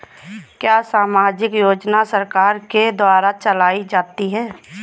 क्या सामाजिक योजना सरकार के द्वारा चलाई जाती है?